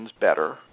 better